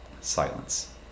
silence